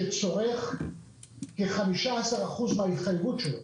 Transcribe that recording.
שצורך כ-15% מההתחייבות שלו.